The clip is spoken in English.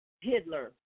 Hitler